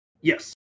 yes